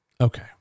Okay